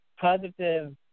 positive